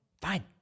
Fine